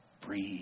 Breathe